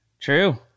True